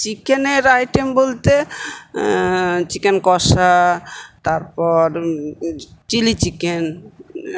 চিকেনের আইটেম বলতে চিকেন কষা তারপর চিলি চিকেন